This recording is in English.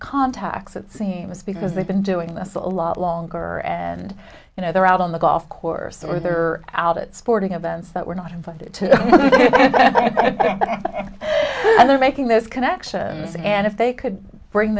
contacts it seems because they've been doing this a lot longer and you know they're out on the golf course or they are out at sporting events that were not invited and they're making those connections and if they could bring